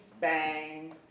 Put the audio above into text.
bang